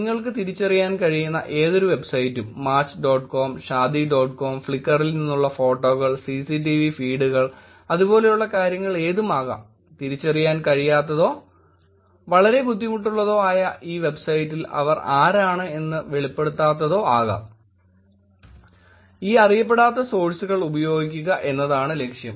നിങ്ങൾക്ക് തിരിച്ചറിയാൻ കഴിയുന്ന ഏതൊരു വെബ്സൈറ്റും match dot com Shaadi dot com ഫ്ലിക്കറിൽ നിന്നുള്ള ഫോട്ടോകൾ സിസിടിവി ഫീഡുകൾ അതുപോലുള്ള കാര്യങ്ങൾ ഏതുമാകാം തിരിച്ചറിയാൻ കഴിയാത്തതോ വളരെ ബുദ്ധിമുട്ടുള്ളതോ ആയ ഈ ഡബ്സൈറ്റിൽ അവർ ആരാണെന്ന് വെളിപ്പെടുത്താത്തതോ ആകാം ഈ അറിയപ്പെടാത്ത സോഴ്സുകൾ ഉപയോഗിക്കുക എന്നതാണ് ലക്ഷ്യം